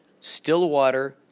Stillwater